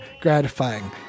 gratifying